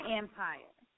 empire